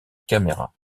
caméra